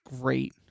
great